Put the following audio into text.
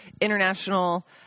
international